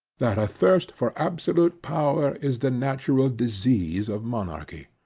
that a thirst for absolute power is the natural disease of monarchy.